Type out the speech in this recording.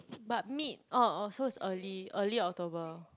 but mid orh orh so it's early early October